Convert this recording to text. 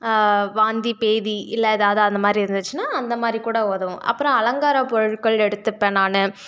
வாந்தி பேதி இல்லை ஏதாவது அந்தமாதிரி இருந்துச்சுன்னா அந்தமாதிரிக்கூட உதவும் அப்புறம் அலங்கார பொருட்கள் எடுத்துப்பேன் நான்